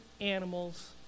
animals